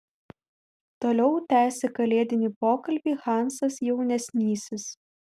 toliau tęsė kalėdinį pokalbį hansas jaunesnysis